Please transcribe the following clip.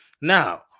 now